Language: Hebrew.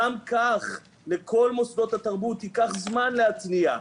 גם כך לכל מוסדות התרבות ייקח זמן להתניע,